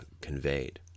conveyed